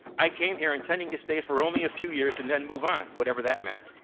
i came here intending to stay for only a few years and then move on, whatever that meant.